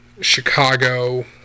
chicago